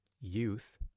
youth